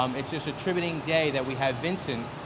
um it just attribute and day that we have been so and